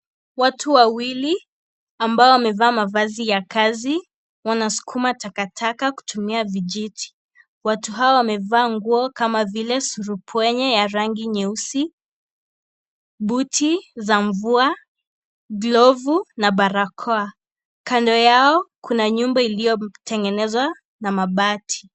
Watu wawili, ambao wamevaa mavazi ya kazi. Wanasukuma takataka kutumia vijiti. Watu hawa wamevaa nguo kama vile surupwenye ya rangi nyeusi, buti za mvua, glove na balakoa. Kando yao, kuna nyumba iliyotengenezwa na mabati.